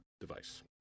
device